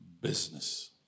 business